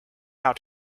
how